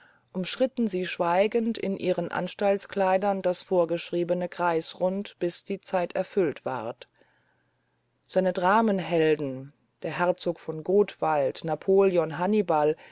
umschritten sie schweigend in ihren anstaltskleidern das vorgeschriebene kreisrund bis die zeit erfüllet ward seine dramenhelden der herzog von gothland napoleon